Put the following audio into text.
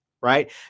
Right